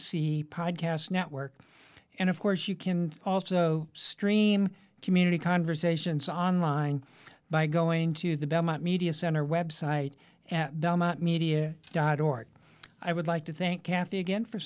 c podcast network and of course you can also stream community conversations online by going to the belmont media center website and media dot org i would like to think kathy again for